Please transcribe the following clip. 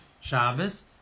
Shabbos